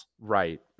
Right